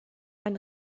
ein